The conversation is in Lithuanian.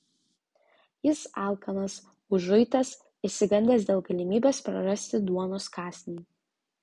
jis alkanas užuitas išsigandęs dėl galimybės prarasti duonos kąsnį